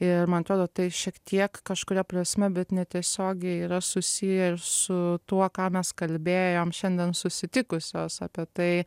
ir man atrodo tai šiek tiek kažkuria prasme bet netiesiogiai yra susijęs su tuo ką mes kalbėjom šiandien susitikusios apie tai